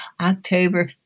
October